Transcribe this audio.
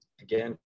again